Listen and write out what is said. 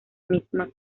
misma